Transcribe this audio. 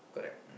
correct